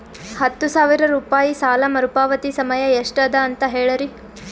ಹತ್ತು ಸಾವಿರ ರೂಪಾಯಿ ಸಾಲ ಮರುಪಾವತಿ ಸಮಯ ಎಷ್ಟ ಅದ ಅಂತ ಹೇಳರಿ?